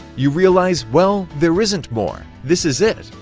you realize, well, there isn't more. this is it.